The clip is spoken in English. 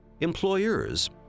employers